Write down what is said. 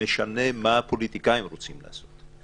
משנה מה הפוליטיקאים רוצים לעשות,